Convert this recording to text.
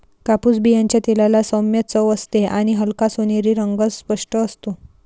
कापूस बियांच्या तेलाला सौम्य चव असते आणि हलका सोनेरी रंग स्पष्ट असतो